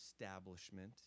establishment